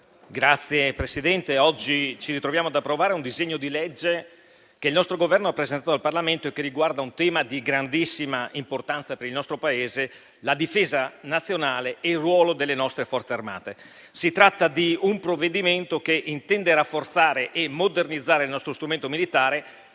Signor Presidente, oggi ci ritroviamo ad approvare un disegno di legge che il nostro Governo ha presentato al Parlamento e che riguarda un tema di grandissima importanza per il nostro Paese, la difesa nazionale e il ruolo delle nostre Forze armate. Si tratta di un provvedimento che intende rafforzare e modernizzare il nostro strumento militare,